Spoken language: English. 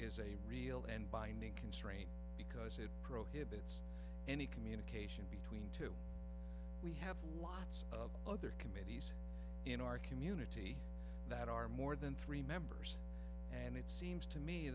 is a real and binding constraint because it prohibits any communication between two we have lots of other committees in our community that are more than three members and it seems to me